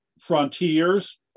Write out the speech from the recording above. frontiers